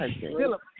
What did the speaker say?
Philip